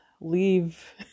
leave